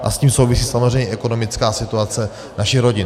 A s tím souvisí samozřejmě ekonomická situace našich rodin.